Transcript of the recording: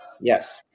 Yes